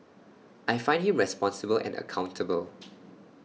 I find him responsible and accountable